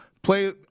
Play